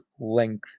length